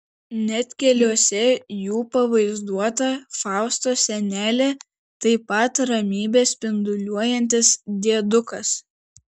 net keliuose jų pavaizduota faustos senelė taip pat ramybe spinduliuojantis diedukas